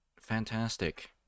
fantastic